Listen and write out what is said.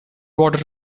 water